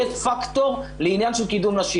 יהיה פקטור לעניין של קידום נשים.